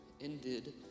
ended